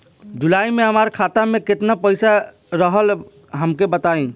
जुलाई में हमरा खाता में केतना पईसा रहल हमका बताई?